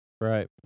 Right